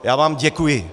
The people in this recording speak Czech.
Já vám děkuji.